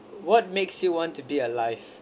what makes you want to be alive